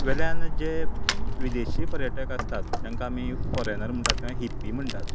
वेल्यान जे विदेशी पर्यटक आसतात जांकां आमी फॉरॅनर म्हणटाक कांय हिप्पी म्हणटात